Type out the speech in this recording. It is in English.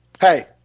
Hey